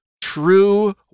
true